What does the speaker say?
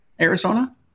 Arizona